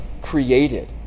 created